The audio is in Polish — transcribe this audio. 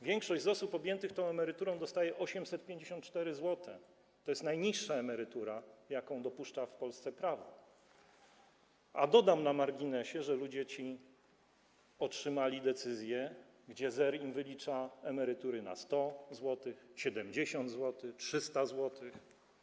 Większość osób objętych tą emeryturą dostaje 854 zł, to jest najniższa emerytura, jaką dopuszcza w Polsce prawo, a dodam na marginesie, że ludzie ci otrzymali decyzje, w których ZER im wylicza emerytury na 100 zł, 70 zł, 300 zł.